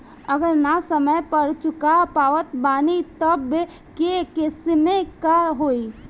अगर ना समय पर चुका पावत बानी तब के केसमे का होई?